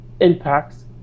impacts